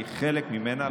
אני חלק ממנה,